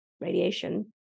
radiation